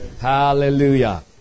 Hallelujah